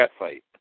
catfight